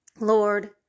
Lord